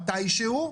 מתי שהוא,